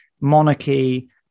monarchy